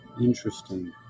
Interesting